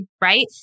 right